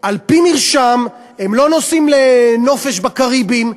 על-פי מרשם, הם לא נוסעים לנופש בקריביים.